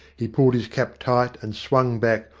he pulled his cap tight, and swung back,